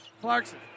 Clarkson